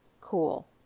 cool